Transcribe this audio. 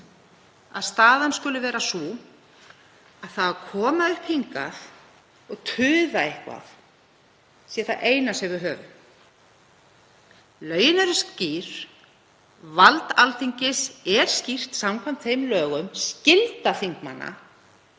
að staðan skuli vera sú að það að koma hingað upp og tuða eitthvað sé það eina sem við höfum. Lögin eru skýr. Vald Alþingis er skýrt samkvæmt þeim lögum. Skylda þingmanna